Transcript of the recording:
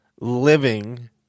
living